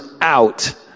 out